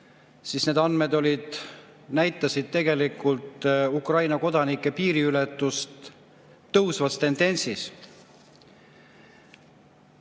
siis need andmed näitasid tegelikult Ukraina kodanike piiriületust tõusvas tendentsis.